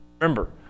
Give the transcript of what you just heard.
Remember